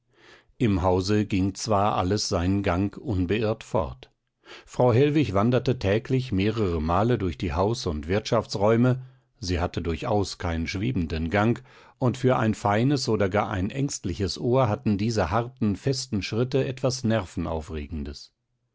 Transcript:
im hause ging zwar alles seinen gang unbeirrt fort frau hellwig wanderte täglich mehrere male durch die haus und wirtschaftsräume sie hatte durchaus keinen schwebenden gang und für ein feines oder gar ein ängstliches ohr hatten diese harten festen schritte etwas nervenaufregendes